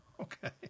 Okay